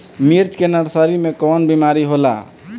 मिर्च के नर्सरी मे कवन बीमारी होला?